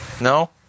No